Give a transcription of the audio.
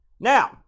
now